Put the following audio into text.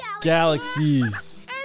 Galaxies